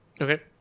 Okay